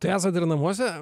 tai esat dar namuose